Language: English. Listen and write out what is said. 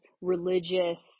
religious